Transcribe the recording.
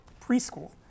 preschool